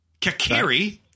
Kakiri